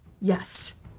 Yes